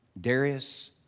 Darius